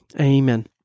Amen